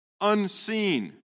Unseen